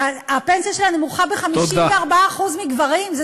הפנסיה שלה נמוכה ב-54% משל גברים.